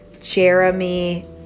Jeremy